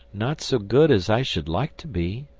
not so good as i should like to be,